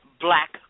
black